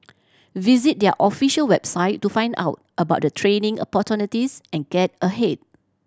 visit their official website to find out about the training opportunities and get ahead